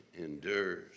endures